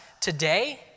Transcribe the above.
today